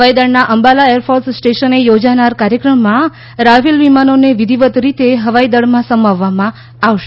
હવાઈદળના અંબાલા એરફોર્સ સ્ટેશને યોજાનાર કાર્યક્રમમાં રાફેલ વિમાનોને વિધિવત રીતે હવાઈદળમાં સમાવવામાં આવશે